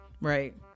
right